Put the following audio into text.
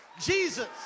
Jesus